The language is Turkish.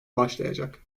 başlayacak